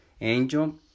Angel